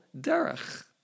derech